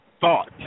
thought